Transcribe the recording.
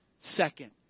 second